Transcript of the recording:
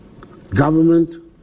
government